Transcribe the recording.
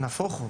נהפוך הוא.